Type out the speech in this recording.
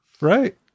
Right